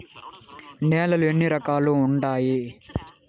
నేలలు ఎన్ని రకాలు వుండాయి?